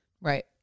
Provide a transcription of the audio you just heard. Right